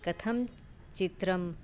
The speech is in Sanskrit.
कथं चित्रम्